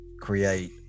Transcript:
create